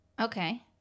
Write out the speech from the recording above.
Okay